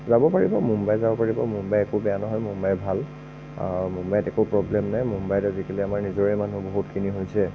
যাব পাৰিব মুম্বাই যাব পাৰিব মুম্বাই একো বেয়া নহয় মুম্বাই ভাল মুম্বাইত একো প্ৰৱ্লেম নাই মুম্বাইত আজিকালি আমাৰ নিজৰে মানুহ বহুতখিনি হৈছে